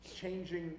changing